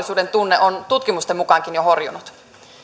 kansalaisten turvallisuudentunne on tutkimustenkin mukaan jo horjunut